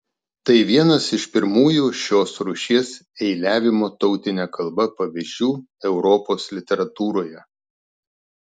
tai vienas iš pirmųjų šios rūšies eiliavimo tautine kalba pavyzdžių europos literatūroje